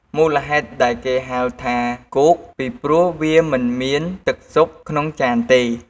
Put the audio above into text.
មូលហេតុដែលគេហៅថា "គោក" ពីព្រោះវាមិនមានទឹកស៊ុបក្នុងចានទេ។